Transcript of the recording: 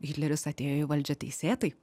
hitleris atėjo į valdžią teisėtai